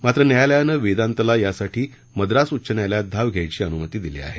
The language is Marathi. मात्र न्यायालयानं वेदांतला यासाठी मद्रास उच्च न्यायालयात धाव घ्यायची अनुमती दिली आहे